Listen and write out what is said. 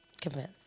convince